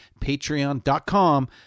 patreon.com